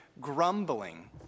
grumbling